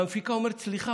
והמפיקה אומרת: סליחה.